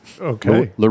Okay